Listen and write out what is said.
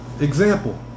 Example